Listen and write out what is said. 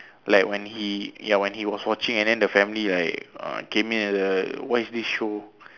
like when he ya when he was watching and then the family right uh came in and the what is this show